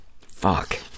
Fuck